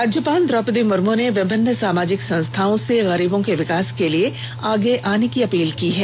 राज्यपाल द्रौपदी मुर्म ने विभिन्न सामाजिक संस्थाओं से गरीबों के विकास के लिए आगे आने की अपील की है